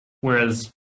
Whereas